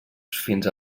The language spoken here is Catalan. fins